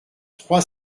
trois